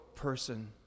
person